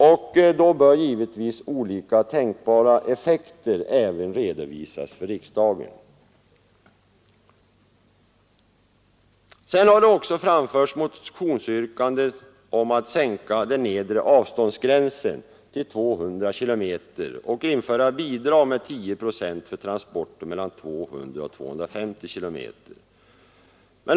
Därvid bör givetvis olika tänkbara effekter redovisas för riksdagen. Det har också framförts motionsyrkanden om att den nedre avståndsgränsen skulle sänkas till 200 km och att bidrag skulle införas med 10 procent för transporter mellan 200 och 250 km.